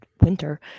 winter